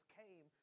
came